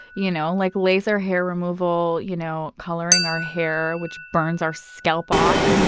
you know like laser hair removal, you know coloring our hair which burns our scalp off,